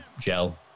gel